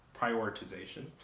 prioritization